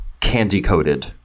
candy-coated